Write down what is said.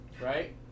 right